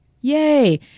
Yay